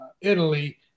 Italy